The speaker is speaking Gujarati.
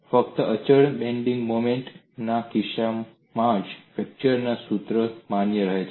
ફકતઅચળ બેંડિંગ મોમેન્ટ ના કિસ્સામાજ ફ્લેક્ચર સૂત્ર માન્ય રહે છે